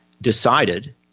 decided